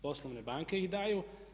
Poslovne banke ih daju.